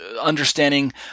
understanding